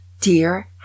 Dear